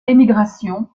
émigration